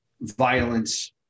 violence